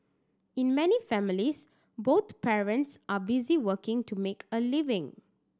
in many families both parents are busy working to make a living